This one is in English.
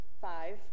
five